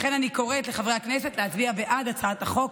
לכן אני קוראת לחברי הכנסת להצביע בעד הצעת החוק.